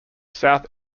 south